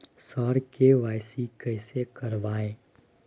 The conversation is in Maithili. सर के.वाई.सी कैसे करवाएं